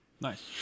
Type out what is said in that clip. Nice